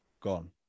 gone